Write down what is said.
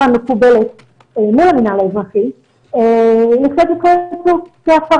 המקובלת אל מול המינהל האזרחי נחשבת כהפרה.